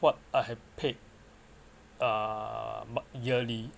what I have paid uh mon~ yearly